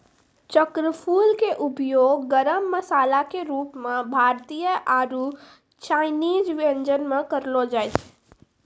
चक्रफूल के उपयोग गरम मसाला के रूप मॅ भारतीय आरो चायनीज व्यंजन म करलो जाय छै